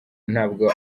ntabwo